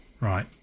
right